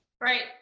Right